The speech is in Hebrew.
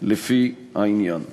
את זה בעבודה בין-לאומית.